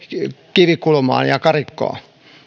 kivikulmaan ja karikkoon